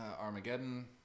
Armageddon